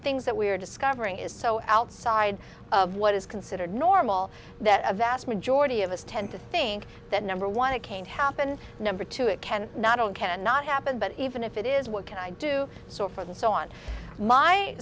things that we are discovering is so outside of what is considered normal that a vast majority of us tend to think that number one it can't happen number two it can not on can not happen but even if it is what can i do so for and so on my